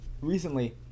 recently